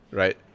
right